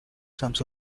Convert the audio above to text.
sums